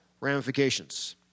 ramifications